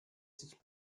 sich